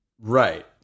Right